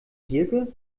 diercke